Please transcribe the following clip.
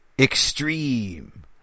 extreme